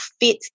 fit